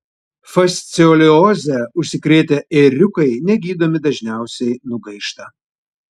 fasciolioze užsikrėtę ėriukai negydomi dažniausiai nugaišta